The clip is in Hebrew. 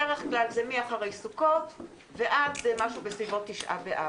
בדרך כלל זה אחרי סוכות עד תשעה באב,